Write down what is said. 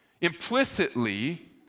Implicitly